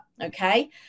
okay